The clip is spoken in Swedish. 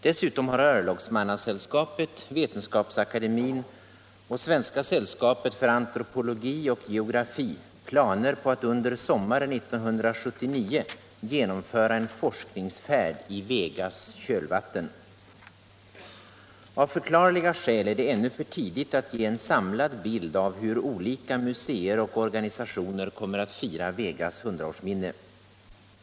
Dessutom har Örlogsmannasällskapet, Vetenskapsakademien och Svenska sällskapet för antropologi och geografi planer på att under sommaren 1979 genomföra en forskningsfärd i Vegas kölvatten. Av förklarliga skäl är det ännu för tidigt att ge en samlad bild av hur olika museer och organisationer kommer att fira Vegas 100-årsminne.